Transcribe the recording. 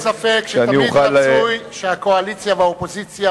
אין כל ספק שתמיד רצוי שהקואליציה והאופוזיציה,